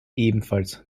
ebenfalls